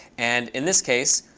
and in this case,